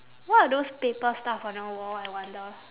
what are those paper stuff on the wall I wonder